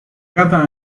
cada